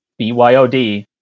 BYOD